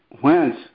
whence